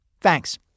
Thanks